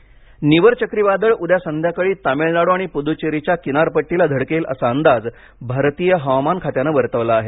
वादळ नीवर चक्रीवादळ उद्या संध्याकाळी तामिळनाडू आणि पुद्धचेरीच्या किनारपट्टीला धडकेल असा अंदाज भारतीय हवामान खात्यानं वर्तवला आहे